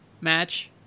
match